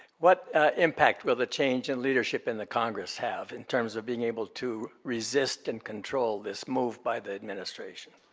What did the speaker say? what impact will the change in leadership in the congress have, in terms of being able to resist and control this move by the administration?